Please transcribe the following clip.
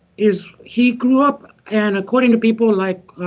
is he grew up, and according to people, like